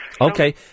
Okay